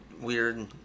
weird